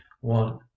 one